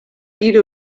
giro